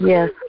Yes